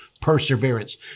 perseverance